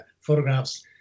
photographs